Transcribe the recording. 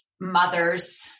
mothers